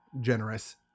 generous